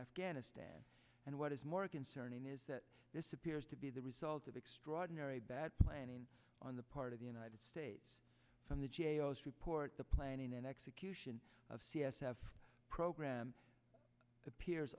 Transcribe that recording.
afghanistan and what is more concerning is that this appears to be the result of extraordinary bad planning on the part of the united states from the g a o report the planning and execution of c s have program appears